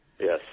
Yes